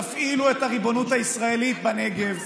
תפעילו את הריבונות הישראלית בנגב,